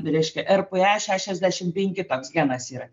reiškia rpe šešiasdešimt penki toks genas yra